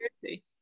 security